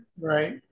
Right